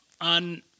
on